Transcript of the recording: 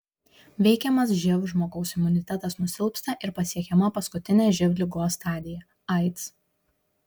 veikiamas živ žmogaus imunitetas nusilpsta ir pasiekiama paskutinė živ ligos stadija aids